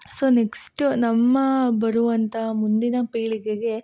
so next ನಮ್ಮ ಬರುವಂಥ ಮುಂದಿನ ಪೀಳಿಗೆಗೆ